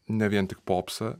ne vien tik popsą